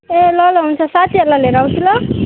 ए ल ल हुन्छ साथीहरूलाई लिएर आउँछु ल